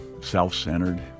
self-centered